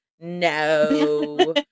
no